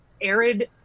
arid